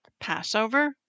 Passover